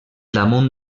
damunt